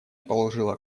положила